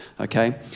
okay